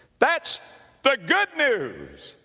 that's the good news.